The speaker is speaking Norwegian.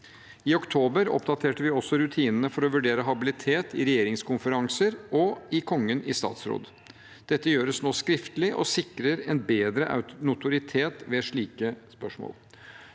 I oktober oppdaterte vi også rutinene for å vurdere habilitet i regjeringskonferanser og i Kongen i statsråd. Dette gjøres nå skriftlig og sikrer en bedre notoritet ved slike spørsmål.